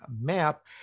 map